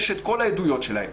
יש את כל העדויות שלהן.